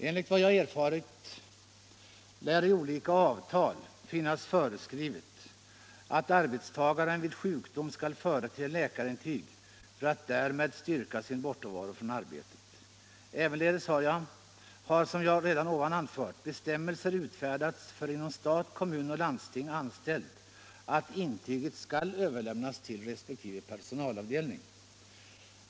Enligt vad jag erfarit lär i olika avtal finnas föreskrivet att arbetstagaren vid sjukdom skall förete läkarintyg för att därmed styrka sin bortovaro från arbetet. Ävenledes har, som jag redan anfört, bestämmelser utfärdats för inom stat, kommun och landsting anställd att intyg skall överlämnas till resp. personalavdelning.